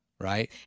Right